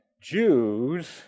Jews